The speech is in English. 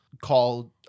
called